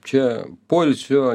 čia poilsio